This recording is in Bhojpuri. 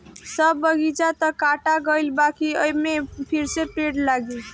सब बगीचा तअ काटा गईल बाकि अब एमे फिरसे पेड़ लागी